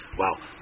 wow